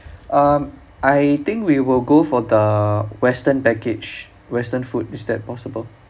um I think we will go for the western package western food is that possible